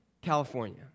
California